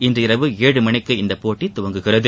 இன்று இரவு ஏழு மணிக்கு இந்தப்போட்டி துவங்குகிறது